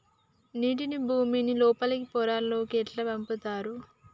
నీటిని భుమి లోపలి పొరలలోకి ఎట్లా పంపుతరు?